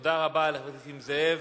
תודה רבה לחבר הכנסת נסים זאב.